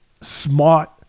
smart